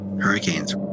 Hurricanes